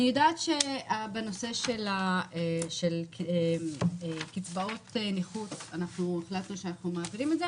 אני יודעת שבנושא של קצבאות נכות אנחנו החלטנו שאנחנו מעבירים את זה,